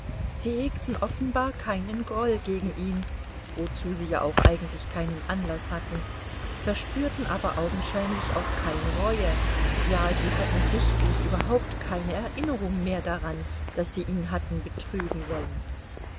sie hegten offenbar keinen groll gegen ihn wozu sie ja auch eigentlich keinen anlaß hatten verspürten aber augenscheinlich auch keine reue ja sie hatten sichtlich überhaupt keine erinnerung mehr daran daß sie ihn hatten betrügen wollen